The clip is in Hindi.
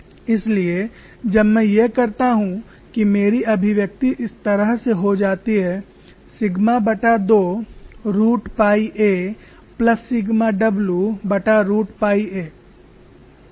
इसलिए जब मैं ये करता हूं कि मेरी अभिव्यक्ति इस तरह से हो जाती है सिग्मा2 root pi a plus sigma wरूट पाई a